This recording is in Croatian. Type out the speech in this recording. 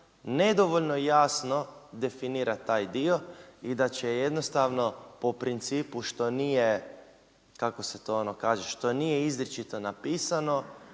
nedovoljno jasno definira taj dio i da će jednostavno po principu što nije kako se